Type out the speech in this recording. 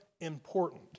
important